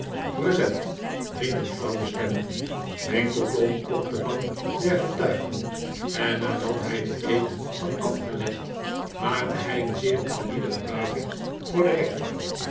present riep een flauwe stem winkle klom op de bank der get ui gen en nadat hij den eed had afgelegd maakte hij een zeer eerbiedige buiging voor den rechter